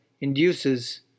induces